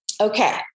Okay